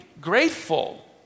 grateful